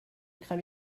crains